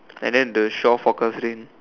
and then the shore forecast rain